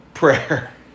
Prayer